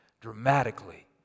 dramatically